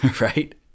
right